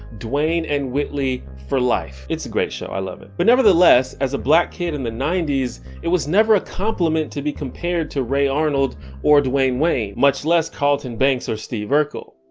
dwayne and whitley for life. it's a great show i love it. but nevertheless, as a black kid in the ninety s it was never a compliment to be compared to ray arnold or dwayne wayne. much less carlton banks or steve urkel.